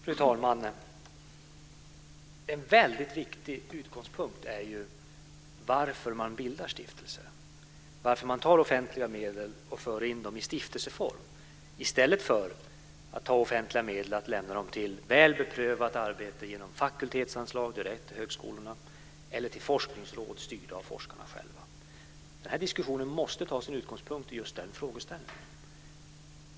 Fru talman! En väldigt viktig utgångspunkt är varför man bildar stiftelser och varför man tar offentliga medel och för in dem i stiftelseform i stället för att lämna dem till väl beprövat arbete genom fakultetsanslag direkt till högskolorna eller till forskningsråd styrda av forskarna själva. Den här diskussionen måste ta sin utgångspunkt i den frågeställningen.